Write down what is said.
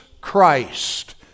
Christ